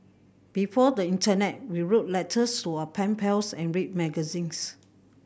before the internet we wrote letters to our pen pals and read magazines